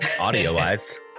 audio-wise